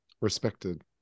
respected